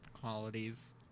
qualities